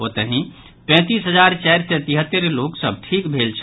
ओतहि पैंतीस हजार चारि सय तिहत्तरि लोक सभ ठीक भेल अछि